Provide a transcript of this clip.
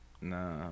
Nah